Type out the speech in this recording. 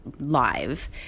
live